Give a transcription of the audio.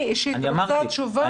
אני אישית רוצה תשובה.